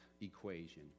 equation